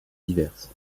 diverses